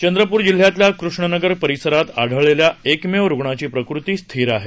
चंद्रपूर जिल्ह्यातल्या कृष्णनगर परिसरात आढळलेल्या एकमेव रुग्णाची प्रकृती स्थिर आहे